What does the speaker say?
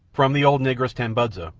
from the old negress, tambudza,